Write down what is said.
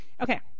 Okay